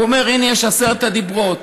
הוא אומר: הינה, יש עשרת הדיברות.